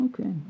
Okay